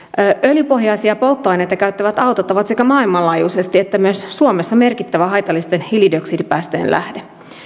öljypohjaisia polttoaineita käyttävät autot ovat sekä maailmanlaajuisesti että myös suomessa merkittävä haitallisten hiilidioksidipäästöjen lähde